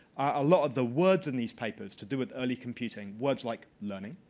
a lot of the words in these papers to do with early computing, words like learning,